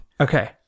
Okay